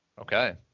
Okay